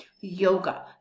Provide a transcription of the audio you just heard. Yoga